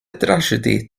drasiedi